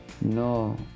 No